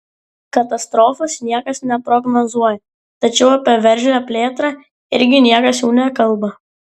katastrofos niekas neprognozuoja tačiau apie veržlią plėtrą irgi niekas jau nekalba